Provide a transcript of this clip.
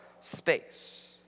space